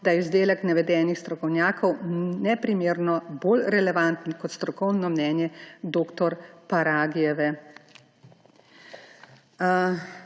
da je izdelek navedenih strokovnjakov neprimerno bolj relevanten kot strokovno mnenje dr. Paragijeve.